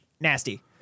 nasty